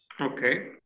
okay